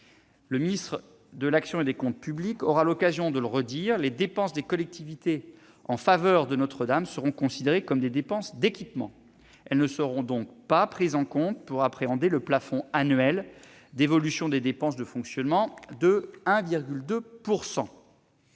Le ministre de l'action et des comptes publics aura l'occasion de le redire : les dépenses des collectivités en faveur de Notre-Dame seront considérées comme des dépenses d'équipement. Elles ne seront donc pas prises en compte pour appréhender le plafond annuel d'évolution des dépenses de fonctionnement de 1,2 %.